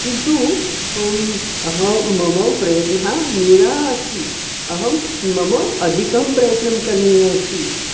किन्तु अहं मम प्रयत्नः न्यूनः अस्ति अहं मम अधिकः प्रयत्नः करणीयः अस्ति